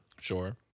Sure